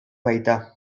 baita